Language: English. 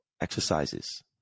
exercises